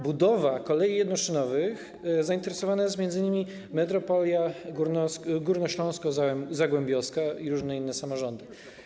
Budową kolei jednoszynowych zainteresowana jest m.in. metropolia górnośląsko-zagłębiowska i różne inne samorządy.